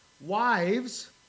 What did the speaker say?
Wives